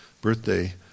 birthday